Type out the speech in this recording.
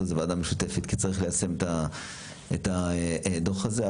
ועדה משותפת כי צריך ליישם את הדוח הזה,